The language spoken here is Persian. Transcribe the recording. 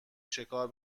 شکار